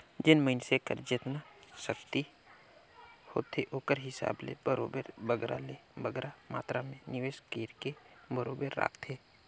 जेन मइनसे कर जेतना सक्ति होथे ओकर हिसाब ले बरोबेर बगरा ले बगरा मातरा में निवेस कइरके बरोबेर राखथे